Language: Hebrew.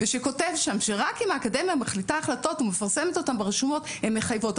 ושכותב שם שרק אם האקדמיה מחליטה החלטות ומפרסמת אותם ברשומות הן מחייבות,